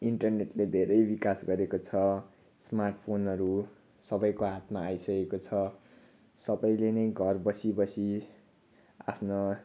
इन्टरनेटले धेरै विकास गरेको छ स्मार्ट फोनहरू सबैको हातमा आइसकेको छ सबैले नै घर बसीबसी आफ्ना